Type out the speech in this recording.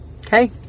Okay